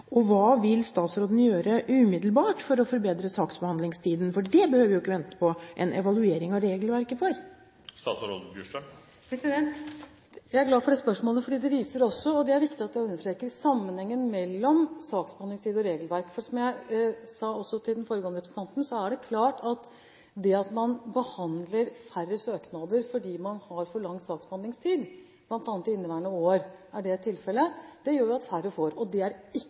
Og hva vil statsråden gjøre umiddelbart for å forbedre saksbehandlingstiden – for her behøver vi jo ikke vente på en evaluering av regelverket? Jeg er glad for dette spørsmålet, fordi det viser også – og det er det viktig at jeg understreker – sammenhengen mellom saksbehandlingstid og regelverk. Som jeg også sa til den foregående representanten, er det klart at det at man behandler færre søknader fordi man har for lang saksbehandlingstid – bl.a. i inneværende år er det tilfellet – gjør at færre får tilbud. Det er ikke